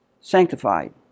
sanctified